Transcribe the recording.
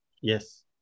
Yes